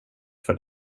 för